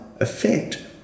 effect